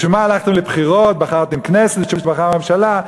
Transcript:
בשביל מה הלכתם לבחירות, בחרתם כנסת שבחרה ממשלה?